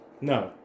No